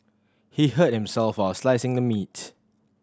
he hurt himself while slicing the meat